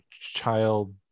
child